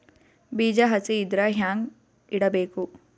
ಬೀಜ ಹಸಿ ಇದ್ರ ಹ್ಯಾಂಗ್ ಇಡಬೇಕು?